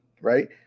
Right